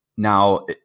Now